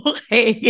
Okay